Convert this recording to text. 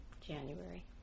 January